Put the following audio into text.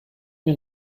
mir